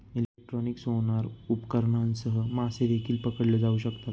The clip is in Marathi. इलेक्ट्रॉनिक सोनार उपकरणांसह मासे देखील पकडले जाऊ शकतात